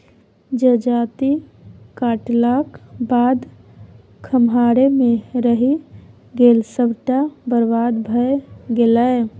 जजाति काटलाक बाद खम्हारे मे रहि गेल सभटा बरबाद भए गेलै